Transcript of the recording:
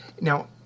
Now